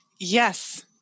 Yes